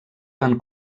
van